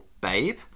babe